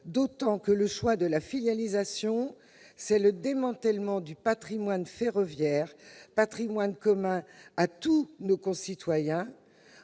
qu'idéologique. Le choix de la filialisation, c'est le démantèlement du patrimoine ferroviaire, commun à tous nos concitoyens.